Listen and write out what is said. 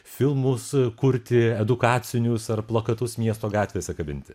filmus kurti edukacinius ar plakatus miesto gatvėse kabinti